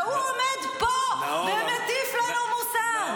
והוא עומד פה ומטיף לנו מוסר.